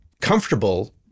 comfortable